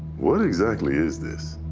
what exactly is this?